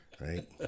right